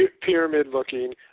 pyramid-looking